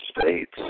States